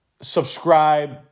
subscribe